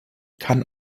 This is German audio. kann